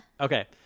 Okay